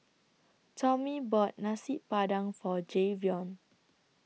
Tomie bought Nasi Padang For Jayvion